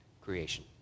creation